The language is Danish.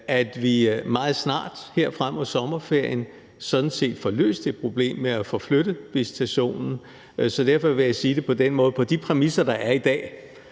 at vi meget snart her frem mod sommerferien sådan set får løst det problem med at få flyttet visitationen. Derfor vil jeg sige det på den måde, at med de præmisser, der er i dag,